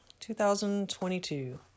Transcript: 2022